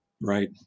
Right